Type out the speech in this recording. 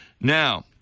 now